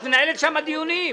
את מנהלת שם דיונים.